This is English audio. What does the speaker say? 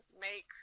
make